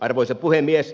arvoisa puhemies